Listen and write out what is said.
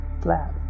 flat